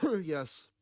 Yes